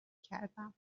کردم